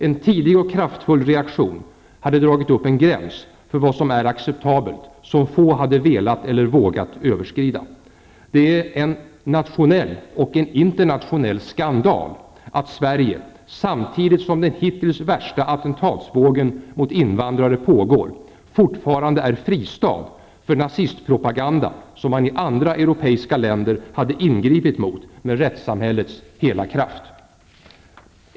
En tidig och kraftfull reaktion hade dragit upp en gräns för vad som är acceptabelt, som få hade velat eller vågat överskrida. Det är en nationell och internationell skandal att Sverige, samtidigt som den hittills värsta attentatsvågen mot invandrare pågår, fortfarande är en fristad för nazistpropaganda som man i andra europeiska länder skulle ha ingripit mot med rättssamhällets hela kraft.